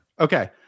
Okay